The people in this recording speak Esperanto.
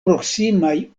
proksimaj